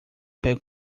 pega